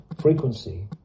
frequency